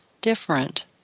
different